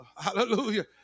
Hallelujah